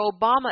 Obama